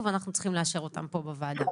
ואנחנו צריכים לאשר אותם פה בוועדה.